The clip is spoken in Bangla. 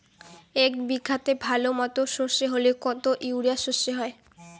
এক বিঘাতে ভালো মতো সর্ষে হলে কত ইউরিয়া সর্ষে হয়?